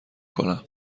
کنم